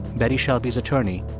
betty shelby's attorney,